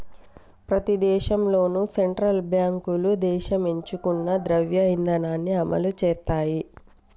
ప్రతి దేశంలోనూ సెంట్రల్ బ్యాంకులు దేశం ఎంచుకున్న ద్రవ్య ఇధానాన్ని అమలు చేత్తయ్